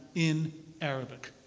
in arabic.